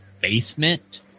basement